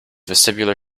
vestibular